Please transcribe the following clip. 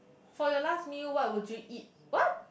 for your last meal what would you eat what